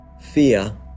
fear